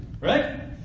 Right